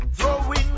Throwing